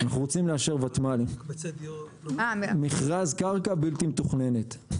אנחנו רוצים לאשר ותמ"לים זהו מכרז קרקע בלתי מתוכננת.